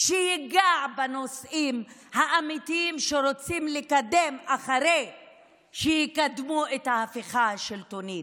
לגעת בנושאים האמיתיים שרוצים לקדם אחרי שיקדמו את ההפיכה השלטונית,